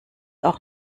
auch